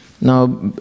Now